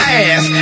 ass